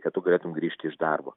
kad tu galėtum grįžti iš darbo